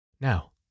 Now